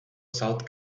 south